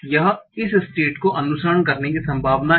यह इस स्टेट को अनुसरण करने की संभावना है